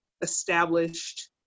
established